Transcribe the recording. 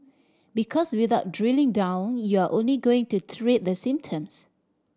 because without drilling down you're only going to treat the symptoms